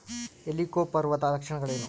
ಹೆಲಿಕೋವರ್ಪದ ಲಕ್ಷಣಗಳೇನು?